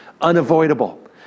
unavoidable